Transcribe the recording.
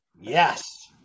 Yes